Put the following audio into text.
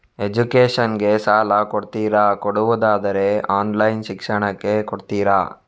Education ಗೆ ಸಾಲ ಕೊಡ್ತೀರಾ, ಕೊಡುವುದಾದರೆ ಆನ್ಲೈನ್ ಶಿಕ್ಷಣಕ್ಕೆ ಕೊಡ್ತೀರಾ?